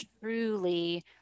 truly